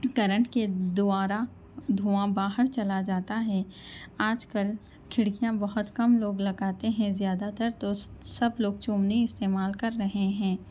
current کے دوارا دھواں باہر چلا جاتا ہے آج کل کھڑکیاں بہت کم لوگ لگاتے ہیں زیادہ تر تو سب لوگ چِمنی استعمال کر رہے ہیں